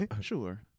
Sure